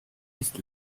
ist